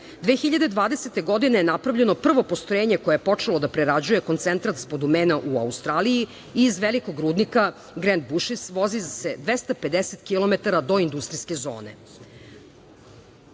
2020. je napravljeno prvo postrojenje koje je počelo da prerađuje koncentrat spodumena u Australiji iz velikog rudnika „Grend bušis“ vozi se 250 kilometara do industrijske zone. Jedna